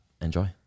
enjoy